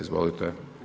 Izvolite.